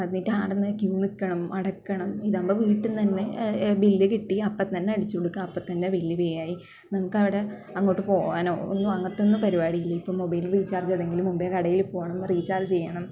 എന്നിട്ട് അവിടെ തന്നെ ക്യൂ നിൽക്കണം അടയ്ക്കണം ഇതാകുമ്പോൾ വീട്ടിൽ നിന്ന് തന്നെ ബിൽ കിട്ടി അപ്പം തന്നെ അടച്ച് കൊടുക്കുക അപ്പം തന്നെ ബിൽ പേ ആയി നമുക്ക് അവിടെ അങ്ങോട്ട് പോവാനോ ഒന്നും അങ്ങനത്തെ ഒന്ന് പരിപാടി ഇല്ല ഇപ്പം മൊബൈലിൽ റീചാർജ് ചെയ്യുവാണെങ്കിൽ മുമ്പ് കടയിൽ പോവണം റീചാർജ് ചെയ്യണം